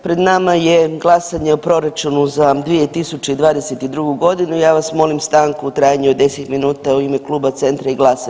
Pred nama je glasanje o proračunu za 2022.g. i ja vas molim stanku u trajanju od 10 minuta u ime kluba Centra i GLAS-a.